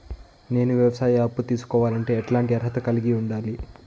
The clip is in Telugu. నేను వ్యవసాయ అప్పు తీసుకోవాలంటే ఎట్లాంటి అర్హత కలిగి ఉండాలి?